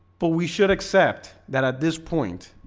but we should accept that at this point